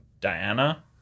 Diana